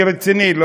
אני רציני.